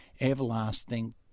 everlasting